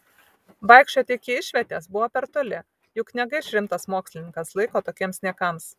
vaikščioti iki išvietės buvo per toli juk negaiš rimtas mokslininkas laiko tokiems niekams